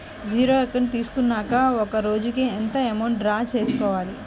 Zero account తీసుకున్నాక ఒక రోజుకి ఎంత అమౌంట్ డ్రా చేసుకోవాలి?